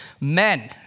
men